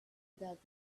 that